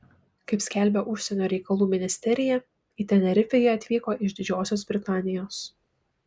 kaip skelbia užsienio reikalų ministerija į tenerifę jie atvyko iš didžiosios britanijos